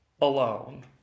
alone